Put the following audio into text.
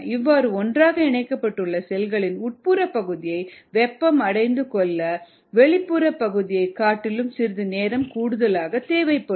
இவ்வாறு ஒன்றாக இணைக்கப்பட்டுள்ள செல்களின் உட்புற பகுதியை வெப்பம் அடைந்து கொல்ல வெளிப்புற பகுதியை காட்டிலும் சிறிது நேரம் கூடுதலாக தேவைப்படும்